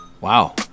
Wow